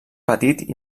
patit